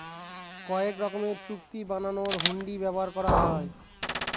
কয়েক রকমের চুক্তি বানানোর হুন্ডি ব্যবহার করা হয়